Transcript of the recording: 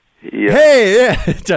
Hey